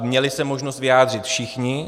Měli se možnost vyjádřit všichni.